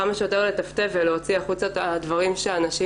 כמה שיותר לטפטף ולהוציא החוצה את הדברים שהאנשים